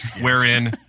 wherein